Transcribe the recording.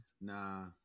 Nah